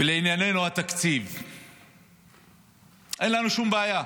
ולענייננו, התקציב, אין לנו שום בעיה